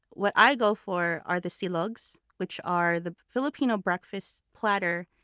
what i go for are the silogs, which are the filipino breakfast platter.